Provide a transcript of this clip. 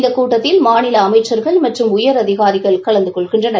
இந்த கூட்டத்தில் மாநில அமைச்சாகள் மற்றும் உயரதிகாரிகள் கலந்து கொள்கின்றனர்